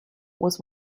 was